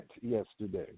yesterday